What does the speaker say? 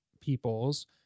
people's